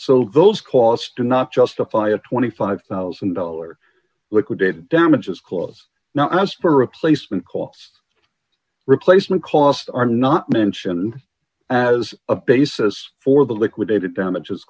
so those costs do not justify a twenty five thousand dollars liquidated damages cause now as for replacement costs replacement costs are not mentioned as a basis for the liquidated damages